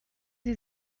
sie